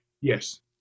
Yes